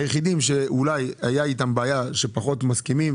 היחידים שהייתה איתם בעיה של פחות הסכמה,